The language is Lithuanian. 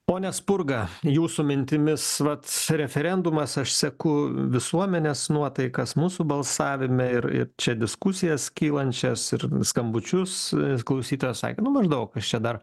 pone spurga jūsų mintimis vat referendumas aš seku visuomenės nuotaikas mūsų balsavime ir ir čia diskusijas kylančias ir skambučius klausytojas sakė nu maždaug kas čia dar